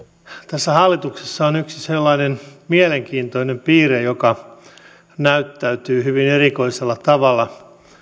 tässä hallituksessa on yksi sellainen mielenkiintoinen piirre joka näyttäytyy hyvin erikoisella tavalla